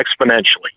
exponentially